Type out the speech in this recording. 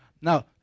now